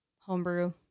homebrew